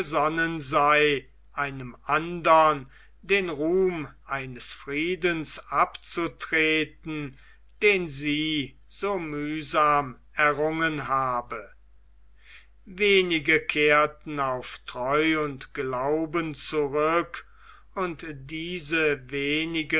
gesonnen sei einem andern den ruhm eines friedens abzutreten den sie so mühsam errungen habe wenige kehrten aus treu und glauben zurück und diese wenigen